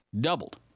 Doubled